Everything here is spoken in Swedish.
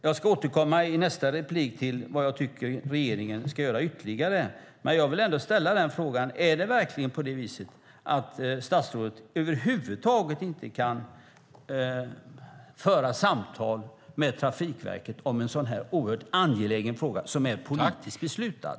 Jag ska återkomma i nästa inlägg till vad jag tycker att regeringen ska göra ytterligare, men jag vill ändå ställa frågan: Är det verkligen på det viset att statsrådet över huvud taget inte kan föra samtal med Trafikverket om en så här oerhört angelägen fråga som är politiskt beslutad?